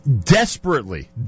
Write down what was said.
Desperately